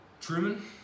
Truman